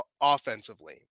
offensively